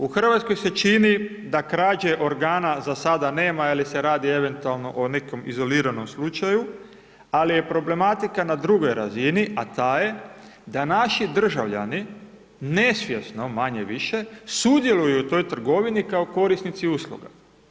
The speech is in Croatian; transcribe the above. U Hrvatskoj se čini da krađe organa za sada nema ili se radi eventualno o nekom izoliranom slučaju, ali je problematika na drugoj razini, a ta je da naši državljani, nesvjesno, manje-više, sudjeluju u toj trgovini kao korisnici usluga.